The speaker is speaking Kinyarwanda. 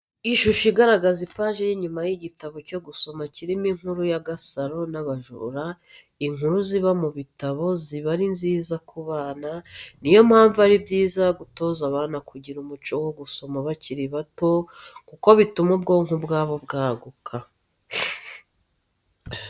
Ishusho igaragaza ipaji y'inyuma y'igitabo cyo gusama kirimo inkuru ya Gasaro n'abajura, inkuru ziba mu bitabo ziba ari nziza ku bana, ni yo mpamvu ari byiza gutoza abana kugira umuco wo gusoma bakiri bato kuko bituma ubwonko bwabo bwaguka.